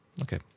Okay